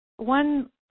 One